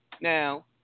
Now